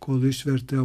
kol išvertė